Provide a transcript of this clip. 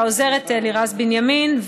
העוזרת לירז בנימין,